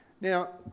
Now